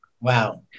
Wow